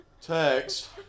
text